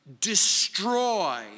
destroy